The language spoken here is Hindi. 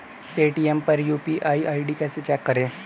पेटीएम पर यू.पी.आई आई.डी कैसे चेक करें?